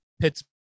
Pittsburgh